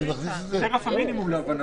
זה רף המינימום, להבנתי.